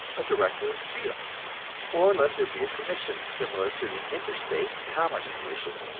a director of steel or let there be a commission, similar to the interstate commerce commission,